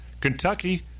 Kentucky